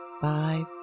five